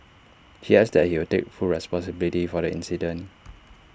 he adds that he will takes full responsibility for the incident